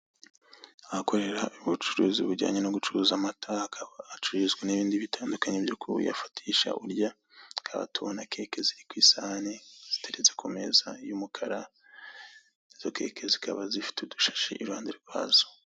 Ahakorera ubucuruzi bujyanye no gucuruza amata, hakaba hacururizwa n'ibindi bitandukanye byo kuyafatisha urya, tukaba tubona keke ziri ku isahane, ziteretse ku meza y'umukara, izo keke zikaba zifite udushashi i ruhande rwazo.